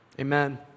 Amen